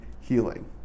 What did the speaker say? healing